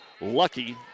lucky